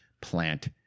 plant